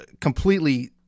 completely